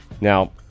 now